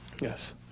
Yes